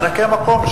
מענקי המקום,